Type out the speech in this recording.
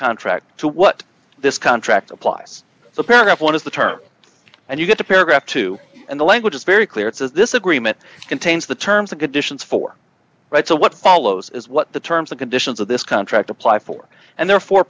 contract to what this contract implies the paragraph one is the term and you get to paragraph two and the language is very clear it says this agreement contains the terms and conditions for right so what follows is what the terms and conditions of this contract apply for and therefore